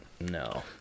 no